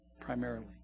primarily